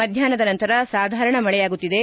ಮಧ್ಡಾಹ್ನದ ನಂತರ ಸಾಧಾರಣ ಮಳೆಯಾಗುತ್ತಿದೆ